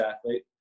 athlete